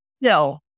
No